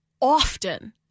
often